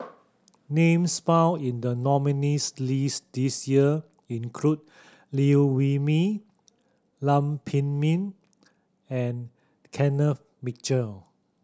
names found in the nominees' list this year include Liew Wee Mee Lam Pin Min and Kenneth Mitchell